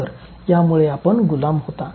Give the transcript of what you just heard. तर यामुळे आपण गुलाम होता